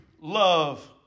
love